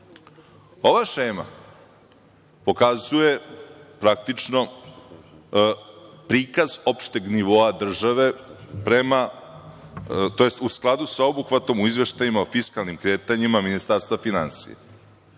Ova šema pokazuje praktično prikaz opšteg nivoa države prema tj. u skladu sa obuhvatom u izveštajima o fiskalnim kretanjima Ministarstva finansija